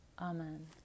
Amen